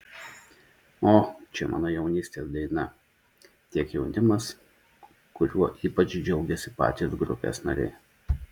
o čia mano jaunystės daina tiek jaunimas kuriuo ypač džiaugiasi patys grupės nariai